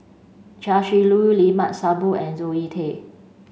Chia Shi Lu Limat Sabtu and Zoe Tay